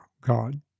God